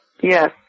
Yes